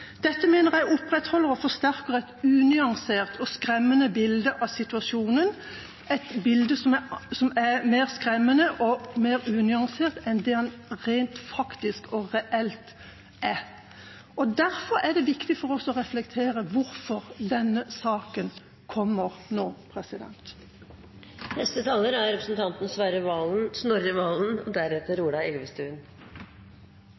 Dette mener jeg opprettholder og forsterker et unyansert og skremmende bilde av situasjonen, et bilde som er mer skremmende og mer unyansert enn det det rent faktisk og reelt er. Derfor er det viktig for oss å reflektere over hvorfor denne saken kommer nå. Jeg har merket meg alle forsikringene som har kommet i løpet av debatten om hva dette ikke handler om. Det er